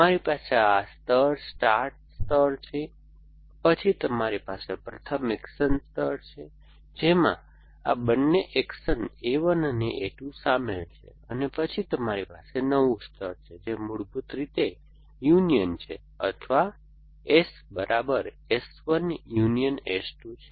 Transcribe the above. તમારી પાસે આ સ્તર સ્ટાર્ટ સ્તર છે પછી તમારી પાસે પ્રથમ એક્શન સ્તર છે જેમાં આ બંને એક્શન A 1 અને A 2 શામેલ છે અને પછી તમારી પાસે નવું સ્તર છે જે મૂળભૂત રીતે યુનિયન છે અથવા S S 1 યુનિયન S 2 છે